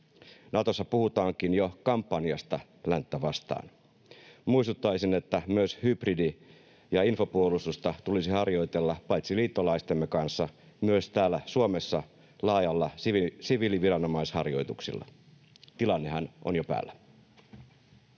Natossa puhutaankin jo kampanjasta länttä vastaan. Muistuttaisin, että myös hybridi- ja infopuolustusta tulisi harjoitella paitsi liittolaistemme kanssa myös täällä Suomessa laajoilla siviiliviranomaisharjoituksilla — tilannehan on jo päällä.